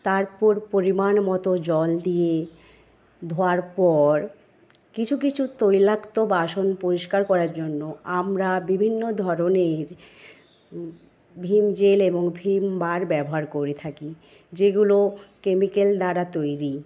তারপর পরিমাণ মতো জল দিয়ে ধোওয়ার পর কিছু কিছু তৈলাক্ত বাসন পরিস্কার করার জন্য আমরা বিভিন্ন ধরনের ভিম জেল এবং ভিম বার ব্যবহার করে থাকি যেগুলো কেমিকেল দ্বারা তৈরি